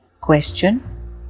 Question